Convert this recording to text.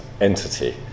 entity